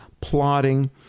plotting